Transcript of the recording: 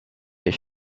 they